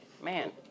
man